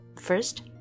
First